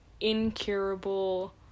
incurable